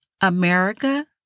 America